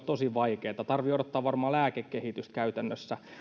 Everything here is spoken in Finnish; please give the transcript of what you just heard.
tosi vaikeata ja tarvitsee odottaa varmaan lääkekehitystä käytännössä